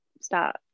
start